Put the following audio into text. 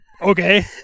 Okay